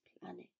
planet